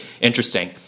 interesting